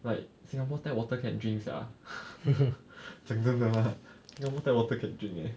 like singapore tap water can drink sia 讲真的 lah 新加坡 tap water can drink leh